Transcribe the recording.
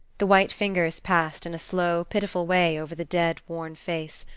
the white fingers passed in a slow, pitiful way over the dead, worn face.